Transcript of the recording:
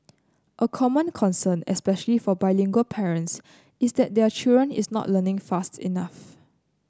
a common concern especially for bilingual parents is that their children is not learning fast enough